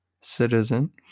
citizen